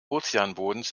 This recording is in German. ozeanbodens